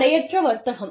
தடையற்ற வர்த்தகம்